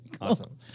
Awesome